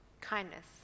kindness